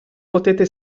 potete